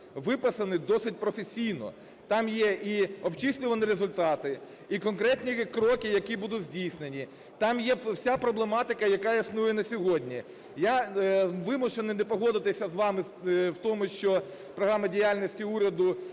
виписаний досить професійно. Там є і обчислювані результати, і конкретні кроки, які будуть здійснені, там є вся проблематика, яка існує на сьогодні. Я вимушений не погодитись з вами в тому, що програма діяльності уряду